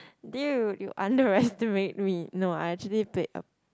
dude you underestimate me no I actually played a